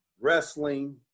wrestling